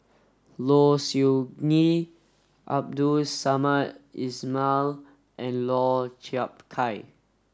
Low Siew Nghee Abdul Samad Ismail and Lau Chiap Khai